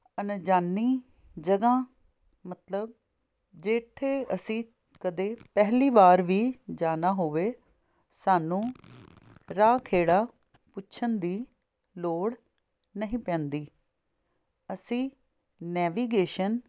ਅਣਜਾਣੀ ਜਗ੍ਹਾ ਮਤਲਬ ਜਿੱਥੇ ਅਸੀਂ ਕਦੇ ਪਹਿਲੀ ਵਾਰ ਵੀ ਜਾਣਾ ਹੋਵੇ ਸਾਨੂੰ ਰਾਹ ਖੇੜਾ ਪੁੱਛਣ ਦੀ ਲੋੜ ਨਹੀਂ ਪੈਂਦੀ ਅਸੀਂ ਨੈਵੀਗੇਸ਼ਨ